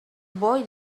boy